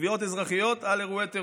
תביעות אזרחיות על אירועי טרור.